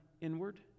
inward